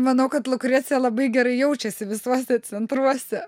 manau kad lukrecija labai gerai jaučiasi visuose centruose